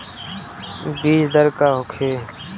बीजदर का होखे?